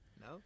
No